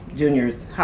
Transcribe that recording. Junior's